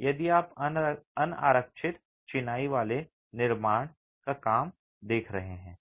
यदि आप अनारक्षित चिनाई वाले निर्माण का निर्माण कर रहे हैं